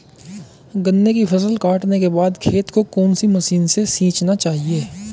गन्ने की फसल काटने के बाद खेत को कौन सी मशीन से सींचना चाहिये?